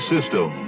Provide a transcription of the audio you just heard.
System